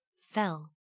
Fell